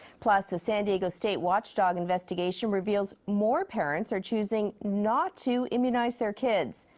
plus the san diego state watchdog investigation reveals more parents are choosing not to immunize their kids.